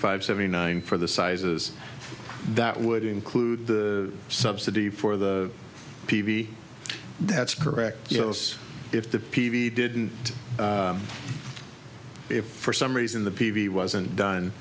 five seventy nine for the sizes that would include the subsidy for the p v that's correct yes if the p v didn't if for some reason the p v wasn't done